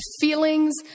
feelings